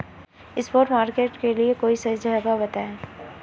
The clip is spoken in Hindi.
स्पॉट मार्केट के लिए कोई सही जगह बताएं